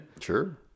Sure